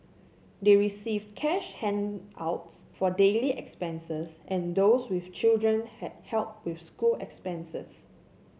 they received cash handouts for daily expenses and those with children had help with school expenses